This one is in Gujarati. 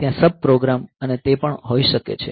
ત્યાં સબપ્રોગ્રામ અને તે પણ હોઈ શકે છે